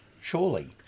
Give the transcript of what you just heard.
surely